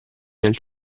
nel